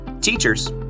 Teachers